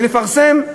ונפרסם,